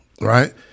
right